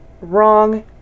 Wrong